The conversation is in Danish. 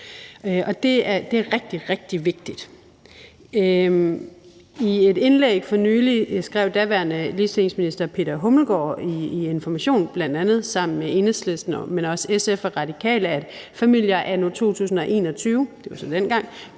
Det er rigtig, rigtig vigtigt. I et indlæg i Information skrev daværende ligestillingsminister Peter Hummelgaard for nylig sammen med Enhedslisten, men også SF og Radikale: »Familier anno 2021« – det var så dengang